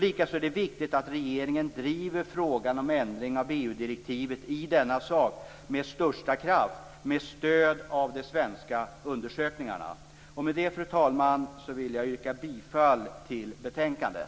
Likaså är det viktigt att regeringen driver frågan om ändring av EG-direktivet i denna sak med största kraft med stöd av de svenska undersökningarna. Med det, fru talman, vill jag yrka bifall till hemställan i betänkandet.